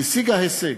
היא השיגה הישג,